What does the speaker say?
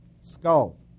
skull